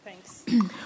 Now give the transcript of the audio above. Thanks